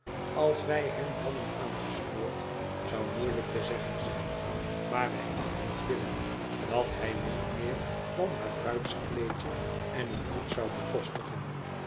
als wij hem hadden aangespoord zou moeielijk te zeggen zijn maar wij achtten het billijk dat hij niet meer dan haar bruidskleedje en een hoed zou bekostigen